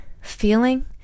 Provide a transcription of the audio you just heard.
feeling